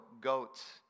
goats